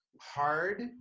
hard